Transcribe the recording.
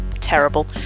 terrible